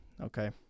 Okay